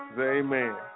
Amen